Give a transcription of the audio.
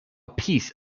piece